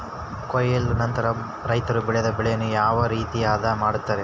ಕೊಯ್ಲು ನಂತರ ರೈತರು ಬೆಳೆದ ಬೆಳೆಯನ್ನು ಯಾವ ರೇತಿ ಆದ ಮಾಡ್ತಾರೆ?